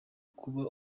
kuba